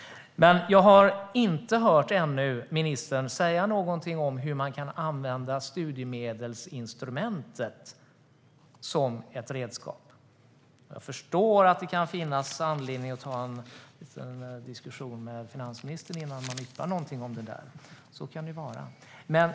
Men jag har ännu inte hört ministern säga något om hur man kan använda studiemedelsinstrumentet som ett redskap. Jag förstår att det kan finnas anledning att ta en liten diskussion med finansministern innan man yppar något om det. Så kan det vara.